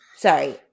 Sorry